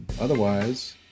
Otherwise